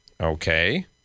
Okay